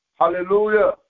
Hallelujah